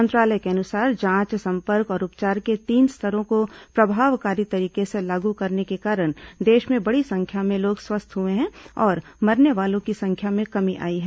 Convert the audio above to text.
मंत्रालय के अनुसार जांच संपर्क और उपचार के तीन स्तरों को प्रभावकारी तरीके से लागू करने के कारण देश में बड़ी संख्या में लोग स्वस्थ हुए हैं और मरने वालों की संख्या में कमी आई है